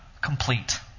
complete